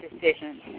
decision